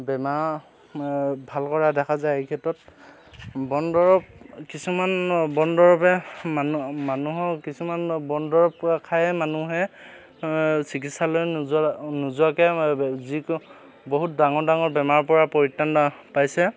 বেমাৰ ভাল কৰা দেখা যায় এই ক্ষেত্ৰত বনদৰৱ কিছুমান বনদৰৱে মানুহ মানুহক কিছুমান বনদৰৱ খায়ে মানুহে চিকিৎসালয় নোযোৱা নোযোৱাকৈ যিকোনো বহুত ডাঙৰ ডাঙৰ বেমাৰৰ পৰা পৰিত্ৰাণ পাইছে